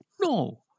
no